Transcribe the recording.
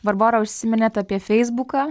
barbora užsiminėt apie feisbuką